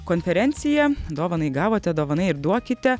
konferencija dovanai gavote dovanai ir duokite